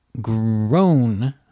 grown